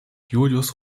julius